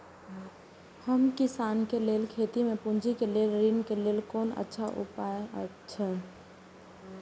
हम किसानके लेल खेती में पुंजी के लेल ऋण के लेल कोन अच्छा उपाय अछि?